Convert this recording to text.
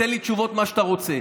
תן לי כתשובות מה שאתה רוצה,